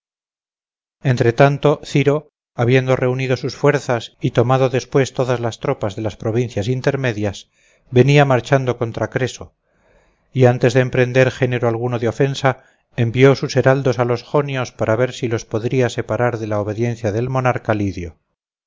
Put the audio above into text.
agraviado entretanto ciro habiendo reunido sus fuerzas y tomado después todas las tropas de las provincias intermedias venía marchando contra creso y antes de emprender género alguno de ofensa envió sus heraldos a los jonios para ver si los podría separar de la obediencia del monarca lydio